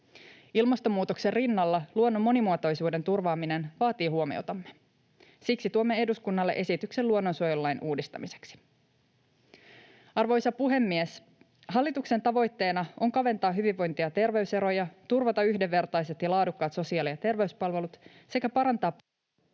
Ilmastonmuutoksen rinnalla myös luonnon monimuotoisuuden turvaaminen vaatii huomiotamme. Siksi tuomme eduskunnalle esityksen luonnonsuojelulain uudistamiseksi. Arvoisa puhemies! Hallituksen tavoitteena on kaventaa hyvinvointi‑ ja terveyseroja, turvata yhdenvertaiset ja laadukkaat sosiaali‑ ja terveyspalvelut sekä parantaa